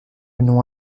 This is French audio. nom